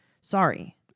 sorry